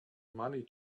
money